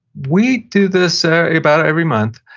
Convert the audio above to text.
we do this about every month,